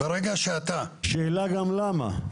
השאלה גם למה,